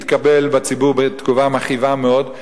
שתתקבל בציבור בתגובה מכאיבה מאוד.